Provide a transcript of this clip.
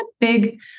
big